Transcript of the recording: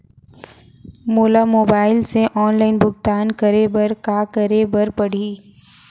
मोला मोबाइल से ऑनलाइन भुगतान करे बर का करे बर पड़ही?